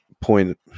point